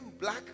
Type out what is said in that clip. black